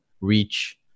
Reach